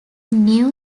new